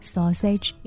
Sausage